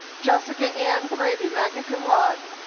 jessica ann praybe, magna cum laude.